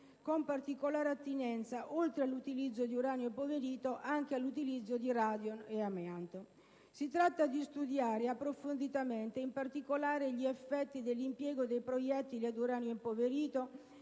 con particolare attinenza, oltre che all'utilizzo di uranio impoverito, anche all'impiego di radon ed amianto. Si tratta di studiare approfonditamente, in particolare, gli effetti dell'impiego di proiettili ad uranio impoverito